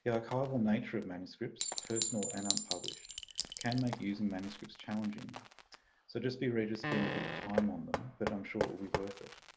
archival nature of manuscripts, personal and unpublished can make using manuscripts challenging so just be ready to spend a bit of time on them but i'm sure it will be worth it.